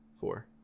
Four